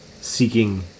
seeking